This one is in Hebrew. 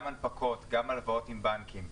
גם הנפקות, גם הלוואות עם בנקים.